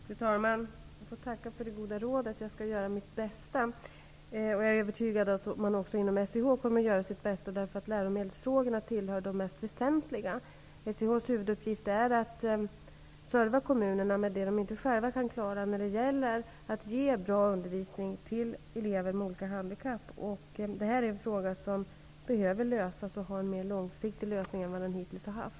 Fru talman! Jag får tacka för det goda rådet. Jag skall göra mitt bästa. Jag är övertygad om att också SIH kommer att göra sitt bästa. Läromedelsfrågorna tillhör de mest väsentliga. SIH:s huvuduppgift är att serva kommunerna med det de inte själva kan klara när det gäller att ge bra undervisning till elever med olika handikapp. Detta är en fråga som behöver lösas och få en mer långsiktig lösning än vad den hittills har haft.